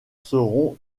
seront